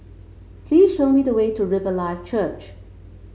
please show me the way to Riverlife Church